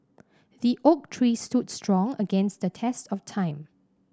the oak tree stood strong against the test of time